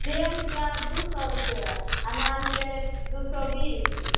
सेब के दू सए रुपये आ नारिकेर दू सए बीस